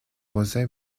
voisins